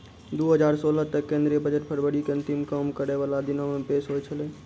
दु हजार सोलह तक केंद्रीय बजट फरवरी के अंतिम काम करै बाला दिनो मे पेश होय छलै